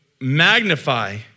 magnify